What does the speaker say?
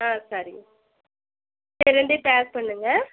ஆ சரிங்க இது ரெண்டையும் பேக் பண்ணுங்க